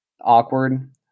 awkward